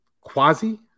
Quasi